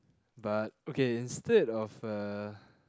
but okay instead of a